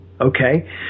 okay